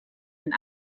wenn